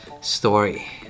story